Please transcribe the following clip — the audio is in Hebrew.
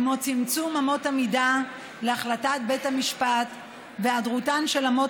כמו צמצום אמות המידה להחלטת בית המשפט והיעדרן של אמות